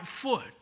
foot